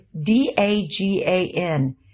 D-A-G-A-N